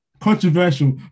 controversial